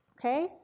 okay